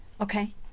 okay